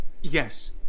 Yes